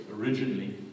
originally